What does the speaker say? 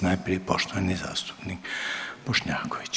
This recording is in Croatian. Najprije poštovani zastupnik Bošnjaković.